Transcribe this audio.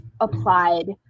applied